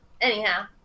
Anyhow